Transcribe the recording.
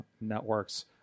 Networks